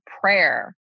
Prayer